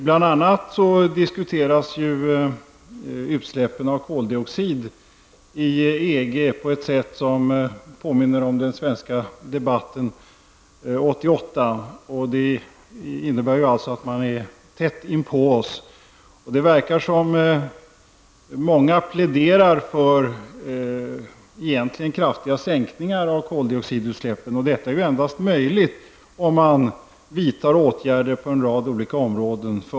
Bl.a. utsläpp av koldioxid diskuteras i EG på ett sätt som påminner om den svenska debatten 1988. Det innebär således att man är tätt inpå oss. Det verkar som om många pläderar för kraftiga sänkningar av koldioxidutsläppen. Det är endast möjligt om man vidtar åtgärder på en rad olika områden.